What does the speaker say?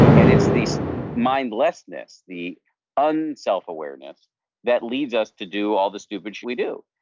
and it's these mindlessness, the un-self awareness that leads us to do all the stupid shit we do.